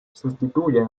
sustituyen